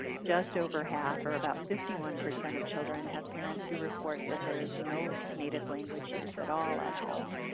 just over half or about fifty one percent of children have parents who report that there is no native language use at all at home,